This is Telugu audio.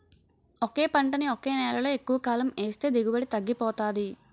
ఒకే పంటని ఒకే నేలలో ఎక్కువకాలం ఏస్తే దిగుబడి తగ్గిపోతాది